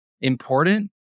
important